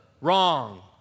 Wrong